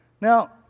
Now